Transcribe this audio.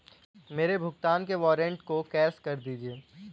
मेरे भुगतान के वारंट को कैश कर दीजिए